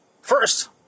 first